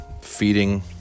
feeding